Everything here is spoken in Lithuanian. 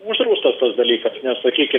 uždraustas tas dalykas nes sakykim